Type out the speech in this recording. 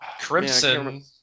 Crimson